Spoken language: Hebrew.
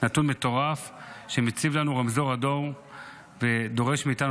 נתון מטורף שמציב לנו רמזור אדום ודורש מאיתנו